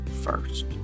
first